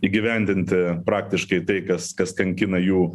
įgyvendinti praktiškai tai kas kas kankina jų